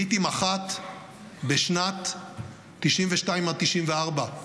הייתי מח"ט בשנים 1992 1994,